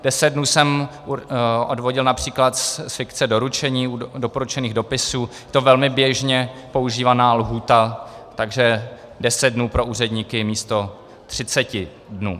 Deset dnů jsem odvodil například z fikce doručení u doporučených dopisů, je to velmi běžně používaná lhůta, deset dnů pro úředníky místo třiceti dnů.